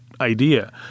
idea